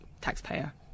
taxpayer